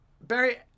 Barry